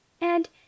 And